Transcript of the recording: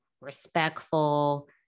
respectful